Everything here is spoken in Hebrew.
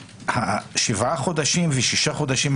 שבעה חודשים ושישה חודשים,